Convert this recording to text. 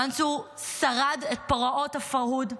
מנצור שרד את פרעות הפרהוד,